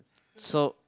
so